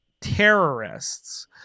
terrorists